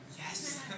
Yes